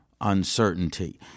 uncertainty